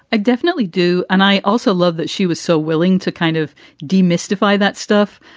i definitely do. and i also love that she was so willing to kind of demystify that stuff.